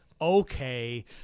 okay